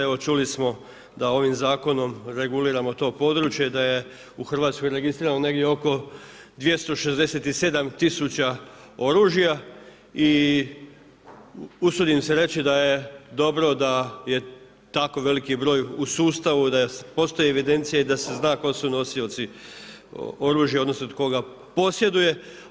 Evo čuli smo da ovim zakonom reguliramo to područje, da je u Hrvatskoj registrirano negdje oko 267 tisuća oružja i usudim se reći da je dobro da je tako veliki broj u sustavu da postoji evidencija i da se zna tko su nosioci oružja odnosno tko ga posjeduje.